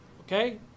okay